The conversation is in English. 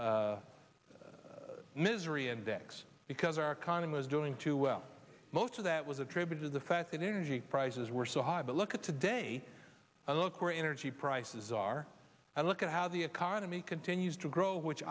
the misery index because our economy was doing too well most of that was attributed the fact that energy prices were so high but look at today and look where energy prices are and look at how the economy continues to grow which